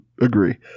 agree